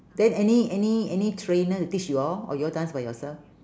then any any any trainer to teach you all or you all dance by yourself